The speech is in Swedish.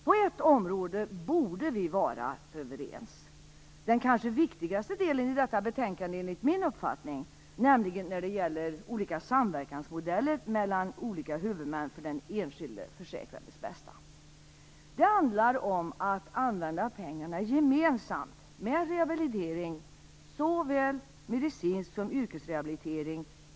På ett område borde vi kunna vara överens - den kanske viktigaste delen i detta betänkande enligt min uppfattning - nämligen när det gäller samverkansmodeller mellan olika huvudmän för den enskilda försäkrades bästa. Det handlar om att använda pengarna gemensamt till rehabilitering, medicinsk och yrkesrehabilitering.